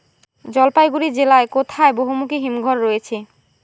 জলপাইগুড়ি জেলায় কোথায় বহুমুখী হিমঘর রয়েছে?